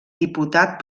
diputat